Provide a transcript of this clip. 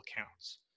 accounts